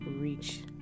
reach